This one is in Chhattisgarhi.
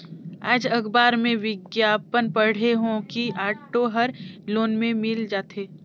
आएज अखबार में बिग्यापन पढ़े हों कि ऑटो हर लोन में मिल जाथे